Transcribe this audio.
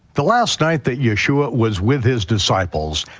the last night that yeshua was with his disciples,